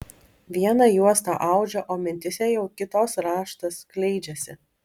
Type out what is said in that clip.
vieną juostą audžia o mintyse jau kitos raštas skleidžiasi